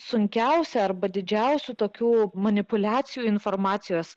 sunkiausia arba didžiausių tokių manipuliacijų informacijos